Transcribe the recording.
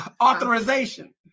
authorization